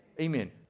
Amen